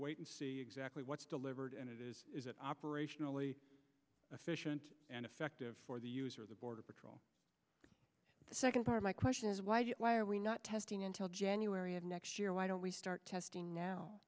wait and see exactly what's delivered and it is is that operationally efficient and effective for the user of the border patrol the second part of my question is why why are we not testing until january of next year why don't we start testing now